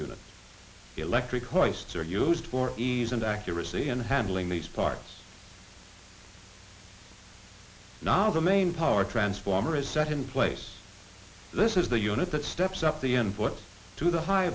unit electric oyster used for ease and accuracy and handling these parts now the main power transformer is set in place this is the unit that steps up the inputs to the hi